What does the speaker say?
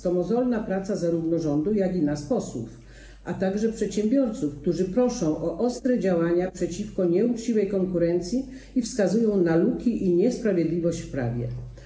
To mozolna praca, zarówno rządu, jak i nas, posłów, a także przedsiębiorców, którzy proszą o ostre działania przeciwko nieuczciwej konkurencji i wskazują na luki i niesprawiedliwość w prawie.